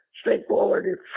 straightforward